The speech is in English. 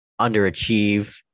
underachieve